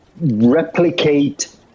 replicate